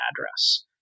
address